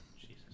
Jesus